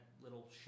little